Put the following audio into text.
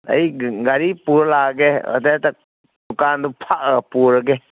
ꯑꯩ ꯒꯥꯔꯤ ꯄꯨꯔ ꯂꯥꯛꯑꯒꯦ ꯑꯗ ꯍꯦꯛꯇ ꯗꯨꯀꯥꯟꯗꯣ ꯐꯛꯑ ꯄꯨꯔꯒꯦ